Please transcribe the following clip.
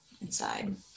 inside